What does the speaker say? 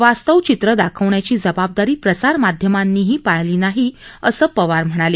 वास्तव चित्रं दाखवण्याची जबाबदारी प्रसारमाध्यमांनीही पाळली नाही असंही पवार म्हणाले